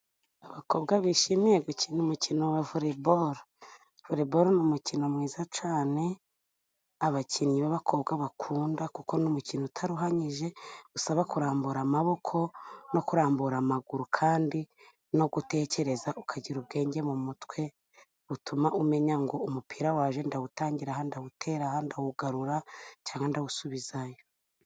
Abakobwa bishimiye gukina umukino wa volebolo. Volebolo ni umukino mwiza cane abakinnyi b'abakobwa bakunda kuko ni umukino utaruhanyije usaba kurambura amaboko no kurambura amaguru kandi no gutekereza ukagira ubwenge mu mutwe butuma umenya ngo umupira waje ndawutangira aha, ndawuterera aha, ndawugarura cyangwa ndawusubizayo.